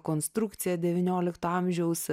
konstrukcija devyniolikto amžiaus